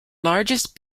largest